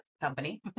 company